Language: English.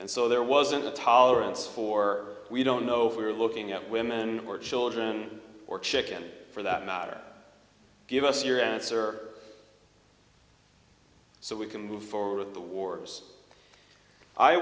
and so there wasn't a tolerance for we don't know if we're looking at women or children or chicken for that matter give us your answer so we can move forward with the wars i